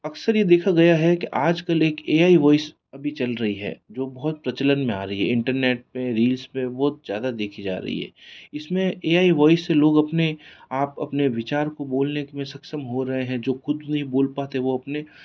अक्सर यह देखा गया है कि आजकल एक ए आई वॉइस अभी चल रही है जो बहुत प्रचलन में आ रही है इंटरनेट में रिलीज में बहुत ज़्यादा देखी जा रही है इसमें ए आई वॉइस से लोग अपने आप अपने विचार को बोलने की में सक्षम हो रहे हैं जो खुद नहीं बोल पाते वो अपने